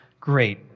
great